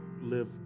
live